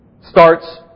starts